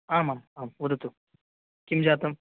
आमाम् आं वदतु किं जातं